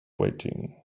weighting